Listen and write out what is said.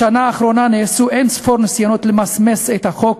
בשנה האחרונה נעשו אין-ספור ניסיונות למסמס את החוק